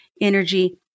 energy